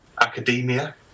Academia